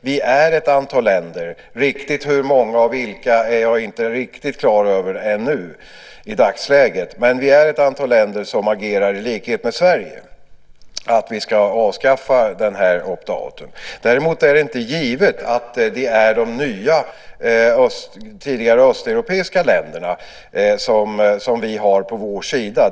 Vi är ett antal länder - riktigt hur många och vilka är jag inte riktigt klar över ännu i dagsläget - som agerar i likhet med Sverige för att vi ska avskaffa opt out . Däremot är det inte givet att det är de nya, tidigare östeuropeiska, länderna som vi har på vår sida.